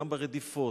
גם ברדיפות,